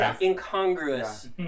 incongruous